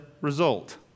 result